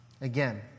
Again